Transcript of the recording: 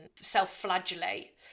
self-flagellate